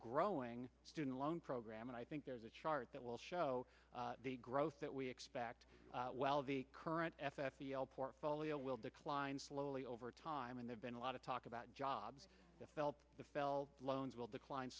growing student loan program and i think there's a chart that will show the growth that we expect well the current f f portfolio will decline slowly over time and have been a lot of talk about jobs the felt the felt loans will decline